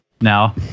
now